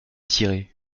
tirer